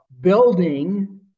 Building